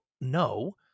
no